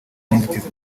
n’inzitizi